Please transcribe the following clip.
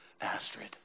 Astrid